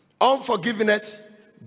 unforgiveness